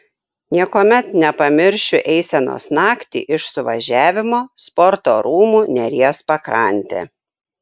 niekuomet nepamiršiu eisenos naktį iš suvažiavimo sporto rūmų neries pakrante